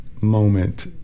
moment